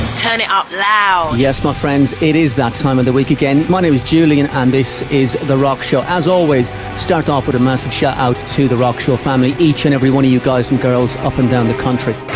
turn it up loud. yes my friends, it is that time of the week again. my name is julian and this is the rock show. as always, we start off with a massive shout out to the rock show family, each and every one of you guys and girls up and down the country.